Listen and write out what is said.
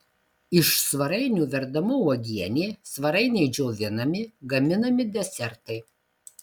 iš svarainių verdama uogienė svarainiai džiovinami gaminami desertai